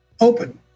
open